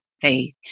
faith